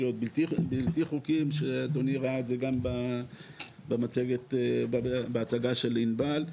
בלתי חוקיים שאדוני ראה את זה גם בהצגה של ענבל.